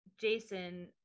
Jason